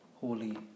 holy